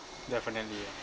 definitely ah